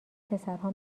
پسرها